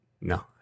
No